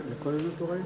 אדוני היושב-ראש,